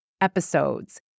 episodes